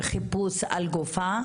חיפוש על גופה,